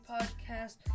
podcast